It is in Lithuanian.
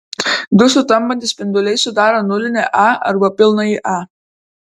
du sutampantys spinduliai sudaro nulinį a arba pilnąjį a